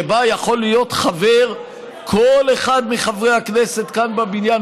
שבה יכול להיות חבר כל אחד מחברי הכנסת כאן בבניין,